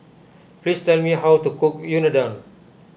please tell me how to cook Unadon